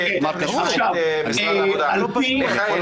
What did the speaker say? --- על-פי